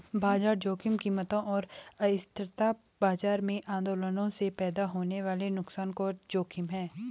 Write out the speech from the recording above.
बाजार जोखिम कीमतों और अस्थिरता बाजार में आंदोलनों से पैदा होने वाले नुकसान का जोखिम है